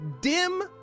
Dim